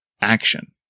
action